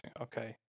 Okay